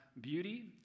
beauty